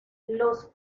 los